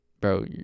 bro